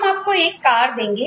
हम आपको एक कार देंगे